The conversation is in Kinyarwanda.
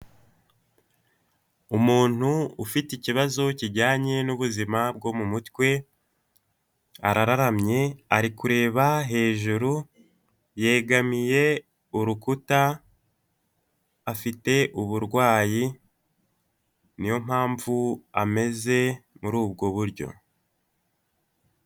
Umuntu ufite ikibazo kijyanye n'ubuzima bwo mu mutwe, arararamye, ari kureba hejuru, yegamiye urukuta, afite uburwayi, ni yo mpamvu ameze muri ubwo buryo.